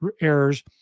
errors